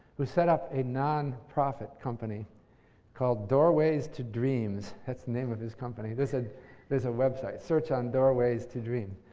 who set up a nonprofit company called doorways to dreams that's the name of his company. there's a there's a website. search on doorways to dreams.